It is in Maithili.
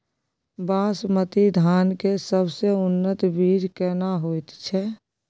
बासमती धान के सबसे उन्नत बीज केना होयत छै?